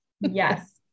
Yes